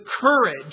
courage